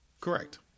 Correct